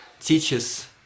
teaches